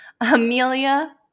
Amelia